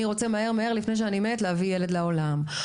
רוצה לפני שהוא ימות להביא ילד לעולם.